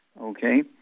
okay